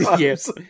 Yes